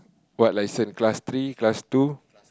what license class three class two